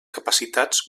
capacitats